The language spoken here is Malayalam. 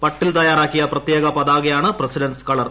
പട്ടിൽ തയ്യാറാക്കിയ പ്രത്യേക പതാകയാണ് പ്രസിഡന്റ്സ് കളർ